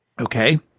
Okay